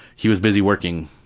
he was busy working.